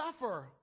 suffer